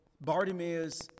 Bartimaeus